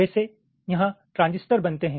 वैसे यहां ट्रांजिस्टर बनते हैं